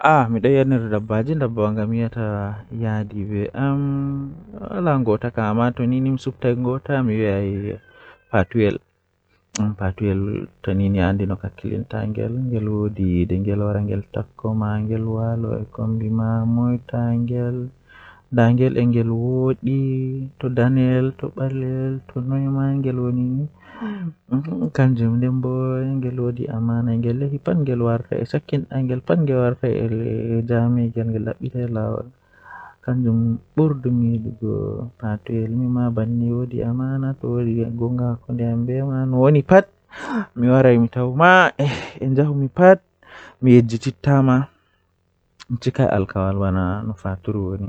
Ko allah arti windi fe'an do doole ko ayidi ko ayida fe'an seini woodi ko awawata wadugo ngam to hunde man wari a anda no hoyintama malla a anda no atokkirta be mai doole on to allah arti windi do doole dum wada.